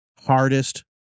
hardest